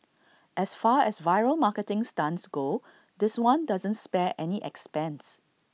as far as viral marketing stunts go this one doesn't spare any expense